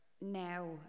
now